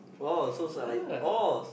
ya